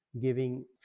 giving